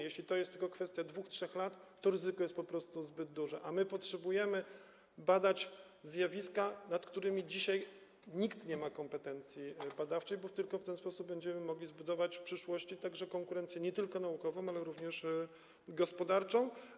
Jeśli to jest tylko kwestia 2–3 lat, to ryzyko jest po prostu zbyt duże, a my potrzebujemy, powinniśmy badać zjawiska, w przypadku których dzisiaj nikt nie ma kompetencji badawczej, bo tylko w ten sposób będziemy mogli zbudować w przyszłości konkurencję nie tylko naukową, ale również gospodarczą.